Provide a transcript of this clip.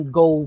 go